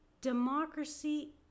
Democracy